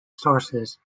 sources